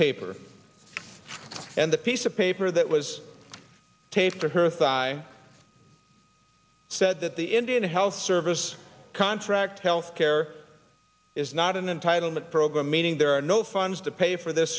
paper and the piece of paper that was taped for her thigh said that the indian health service contract health care is not an entitlement program meaning there are no funds to pay for this